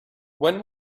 when